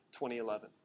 2011